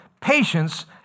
patience